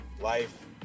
life